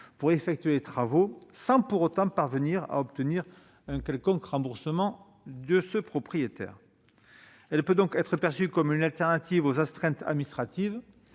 pour effectuer des travaux sans pour autant parvenir à obtenir un quelconque remboursement de leur part. Elle peut donc être perçue comme une alternative aux astreintes administratives